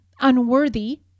unworthy